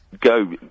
go